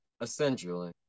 Essentially